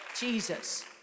Jesus